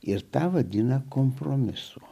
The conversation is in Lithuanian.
ir tą vadina kompromisu